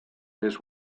his